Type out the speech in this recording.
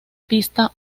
pista